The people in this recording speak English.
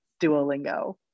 Duolingo